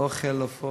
לא אוכלים עופות